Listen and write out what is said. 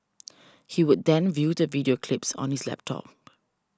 he would then view the video clips on his laptop